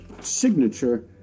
signature